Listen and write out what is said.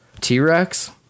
T-Rex